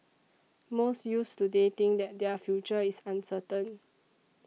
most youths today think that their future is uncertain